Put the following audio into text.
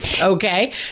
Okay